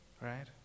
Right